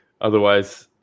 Otherwise